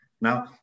now